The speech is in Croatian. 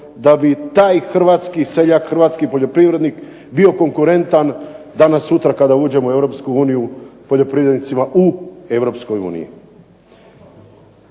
da bi taj hrvatski seljak, hrvatski poljoprivrednik bio konkurentan, danas sutra kada uđemo u Europsku uniju, poljoprivrednicima u